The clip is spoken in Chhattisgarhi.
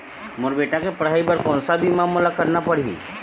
मोर बेटा के पढ़ई बर कोन सा बीमा मोला करना पढ़ही?